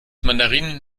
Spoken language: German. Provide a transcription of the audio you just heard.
mandarinen